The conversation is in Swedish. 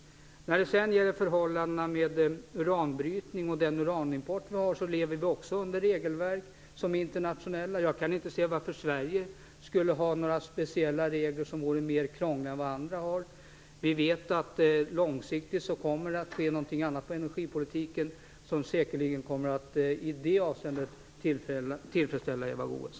Också när det gäller förhållandena med uranbrytning och uranimport lever vi under regelverk som är internationella. Jag kan inte förstå varför Sverige skulle ha några speciella, mer krångliga regler än de man har i andra länder. Vi vet att det långsiktigt kommer att ske något annat på energipolitikens område, som säkerligen i det avseendet kommer att tillfredsställa Eva Goës.